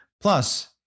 Plus